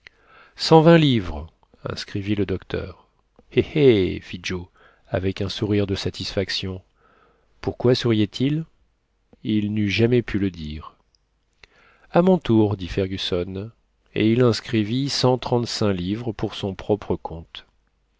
vingt livres inscrivit le docteur eh eh fit joe avec un sourire de satisfaction pourquoi souriait il il n'eut jamais pu le dire a mon tour dit fergusson et il inscrivit cent trente-cinq livres pour son propre compte